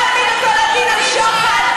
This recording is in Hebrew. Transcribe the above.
להעמיד אותו לדין על שוחד.